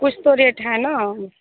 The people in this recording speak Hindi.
कुछ तो रेट है ना